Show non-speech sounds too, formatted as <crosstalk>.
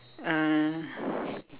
uh <breath>